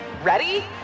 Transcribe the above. Ready